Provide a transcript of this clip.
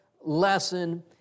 lesson